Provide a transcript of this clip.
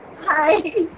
Hi